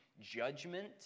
judgment